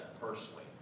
personally